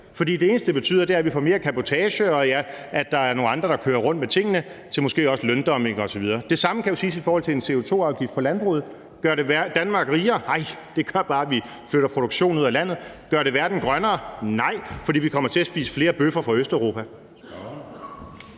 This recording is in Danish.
For det eneste, det betyder, er, at vi får mere cabotage og ja, at der er nogle andre, der kører rundt med tingene med måske også løndumping osv. Det samme kan jo siges i forhold til en CO2-afgift på landbruget. Gør det Danmark rigere? Nej. Det gør bare, at vi flytter produktion